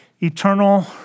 eternal